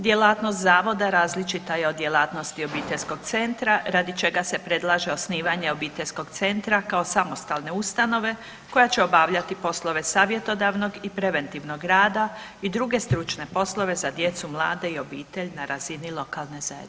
Djelatnost Zavoda različita je od djelatnosti obiteljskog centra radi čega predlaže osnivanje obiteljskog centra kao samostalne ustanove, koja će obavljati poslove savjetodavnog i preventivnog rada i druge stručne poslove za djecu, mlade i obitelj na razini lokalne zajednice.